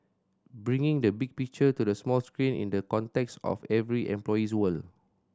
bringing the big picture to the small screen in the context of every employee's world